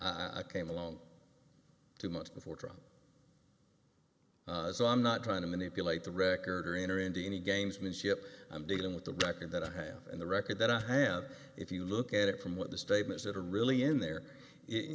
case i came alone two months before trial so i'm not trying to manipulate the record or enter into any gamesmanship i'm dealing with the record that i have and the record that i have if you look at it from what the statements that are really in there